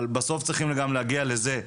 אבל בסוף צריך להגיע גם לזה.